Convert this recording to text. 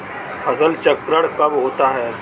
फसल चक्रण कब होता है?